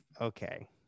okay